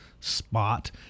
Spot